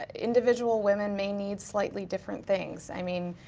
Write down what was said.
ah individual women may need slightly different things. i mean,